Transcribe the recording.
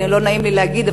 לא נעים לי להגיד,